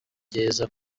byiza